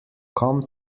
come